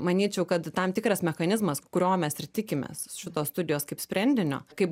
manyčiau kad tam tikras mechanizmas kurio mes ir tikimės šitos studijos kaip sprendinio kaip